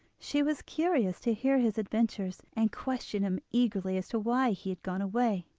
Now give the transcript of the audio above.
she was curious to hear his adventures, and questioned him eagerly as to why he had gone away.